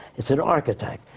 it's an architect.